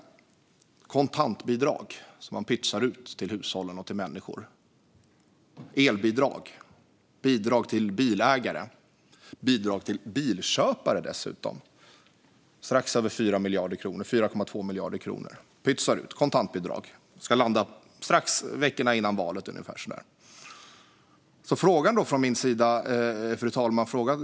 Man kommer med kontantbidrag, som man pytsar ut till hushåll och till individer. Det är elbidrag, bidrag till bilägare och dessutom bidrag till bilköpare. Man pytsar ut 4,2 miljarder i kontantbidrag. Det ska landa veckorna innan valet ungefär. Fru talman!